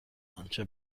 آنچه